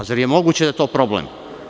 Zar je moguće da je to problem?